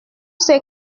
ces